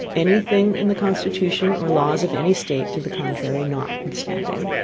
any thing in the constitution or laws of any state to the contrary notwithstanding.